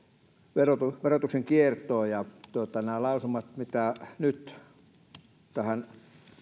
verotuksen verotuksen kiertoa nämä lausumat mitä nyt tähän